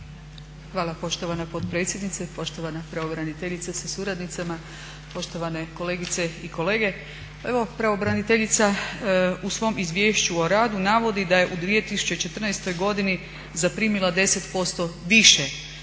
Hvala poštovana potpredsjednice, poštovana pravobraniteljice sa suradnicama, poštovane kolegice i kolege. Pa evo pravobraniteljica u svom izvješću o radu navodi da je u 2014. zaprimila 10% više